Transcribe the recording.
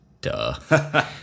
Duh